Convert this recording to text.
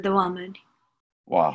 Wow